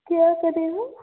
क्या पड़ेगा